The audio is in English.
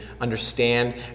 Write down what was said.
understand